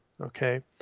Okay